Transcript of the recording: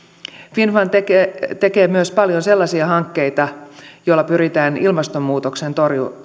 finnfund tekee tekee myös paljon sellaisia hankkeita joilla pyritään ilmastonmuutoksen